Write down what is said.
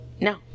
No